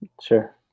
Sure